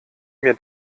mir